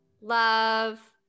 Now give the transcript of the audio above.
love